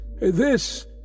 This